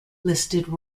listed